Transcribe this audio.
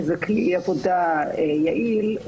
זה כלי עבודה יעיל,